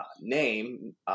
name